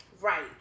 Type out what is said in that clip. Right